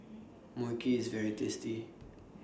Mui Kee IS very tasty